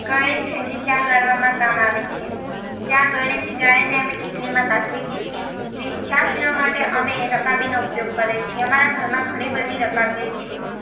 ગરણી છે જે ચા ગાળવામાં કામ આવે છે ચા ગરણીથી ગાળીને અમે કીટલીમાં કાઢીએ છે કે ચા પીવા માટે અમે રકાબીનો ઉપયોગ કરે છે અમારા ઘરમાં ઘણી બધી રકાબીઓ છે